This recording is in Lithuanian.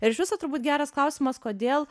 ir iš viso turbūt geras klausimas kodėl